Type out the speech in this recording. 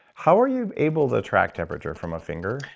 how are you able the track temperature from a finger?